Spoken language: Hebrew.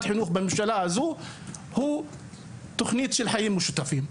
החינוך בממשלה הזו הוא תוכנית של חיים משותפים.